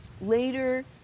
later